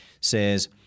says